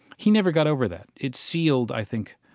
he never got over that. it sealed, i think,